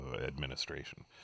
administration